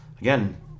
again